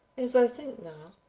as i think now,